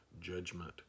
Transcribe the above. judgment